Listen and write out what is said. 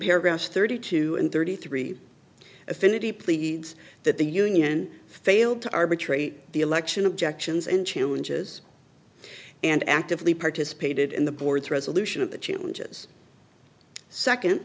paragraph thirty two and thirty three affinity pleads that the union failed to arbitrate the election objections and challenges and actively participated in the board's resolution of the changes second